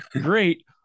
great